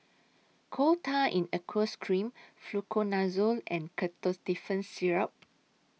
Coal Tar in Aqueous Cream Fluconazole and Ketotifen Syrup